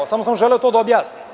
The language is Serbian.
Samo sam želeo to da objasnim.